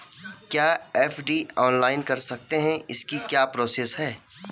क्या FD online कर सकते हैं इसकी क्या प्रोसेस है?